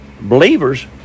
believers